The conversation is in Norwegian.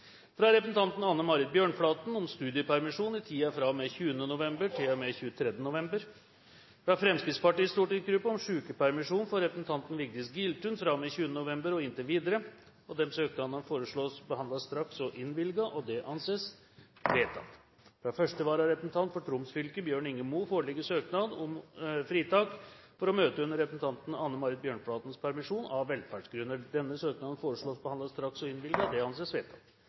fra representanten Anne Marit Bjørnflaten om studiepermisjon i tiden fra og med 20. november til og med 23. november fra Fremskrittspartiets stortingsgruppe om sykepermisjon for representanten Vigdis Giltun fra og med 20. november og inntil videre Disse søknader foreslås behandlet straks og innvilges. – Det anses vedtatt. Fra første vararepresentant for Troms fylke, Bjørn Inge Mo, foreligger søknad om fritak for å møte under representanten Anne Marit Bjørnflatens permisjon, av velferdsgrunner. Søknaden behandles straks og innvilges. – Det anses vedtatt